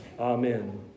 amen